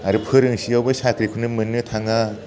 आरो फोरोंसेयावबो साख्रिखौनो मोननो थाङा